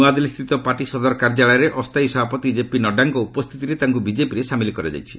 ନୂଆଦିଲ୍ଲୀସ୍ଥିତ ପାର୍ଟି ସଦର କାର୍ଯ୍ୟାଳୟରେ ଅସ୍ଥାୟୀ ସଭାପତି କେପି ନଡ୍ଯାଙ୍କ ଉପସ୍ଥିତିରେ ତାଙ୍କୁ ବିଜେପିରେ ସାମିଲ୍ କରାଯାଇଛି